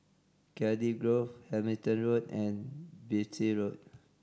Cardiff Grove Hamilton Road and Beatty Road